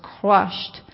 crushed